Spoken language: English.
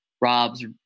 Rob's